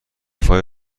فای